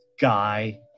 guy